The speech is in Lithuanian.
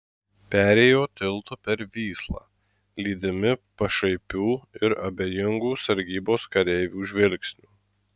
perėjo tiltu per vyslą lydimi pašaipių ir abejingų sargybos kareivių žvilgsnių